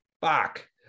fuck